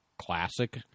Classic